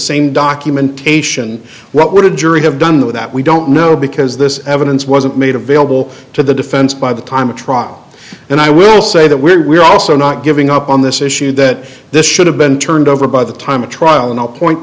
same documentation what would a jury have done with that we don't know because this evidence wasn't made available to the defense by the time of trial and i will say that we're also not giving up on this issue that this should have been turned over by the time of trial and i'll point